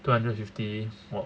two hundred and fifty !wah!